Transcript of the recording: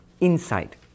inside